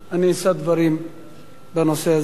אשא דברים בנושא הזה.